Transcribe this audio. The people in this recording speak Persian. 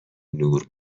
نور